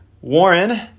Warren